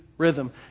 rhythm